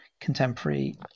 contemporary